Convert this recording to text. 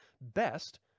best